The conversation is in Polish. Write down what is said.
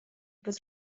bez